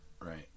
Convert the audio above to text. right